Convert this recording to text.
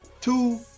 Two